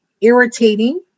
irritating